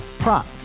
Prop